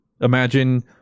imagine